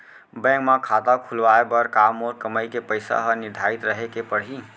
Bank म खाता खुलवाये बर का मोर कमाई के पइसा ह निर्धारित रहे के पड़ही?